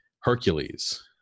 Hercules